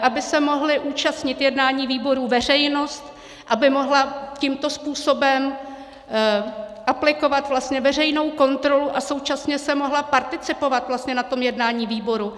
Aby se mohla účastnit jednání výborů veřejnost, aby mohla tímto způsobem aplikovat vlastně veřejnou kontrolu a současně mohla participovat na tom jednání výboru.